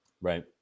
Right